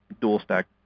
dual-stack